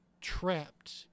trapped